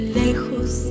lejos